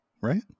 right